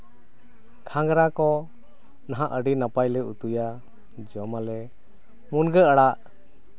ᱜᱷᱟᱸᱝᱨᱟ ᱠᱚ ᱱᱟᱦᱟᱸᱜ ᱟᱹᱰᱤ ᱱᱟᱯᱟᱭ ᱞᱮ ᱩᱛᱩᱭᱟ ᱡᱚᱢᱟᱞᱮ ᱢᱩᱱᱜᱟᱹ ᱟᱲᱟᱜ